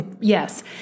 Yes